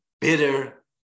bitter